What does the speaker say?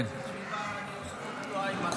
נס חנוכה,